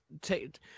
take